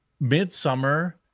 Midsummer